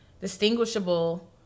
distinguishable